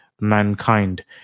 mankind